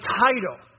title